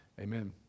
amen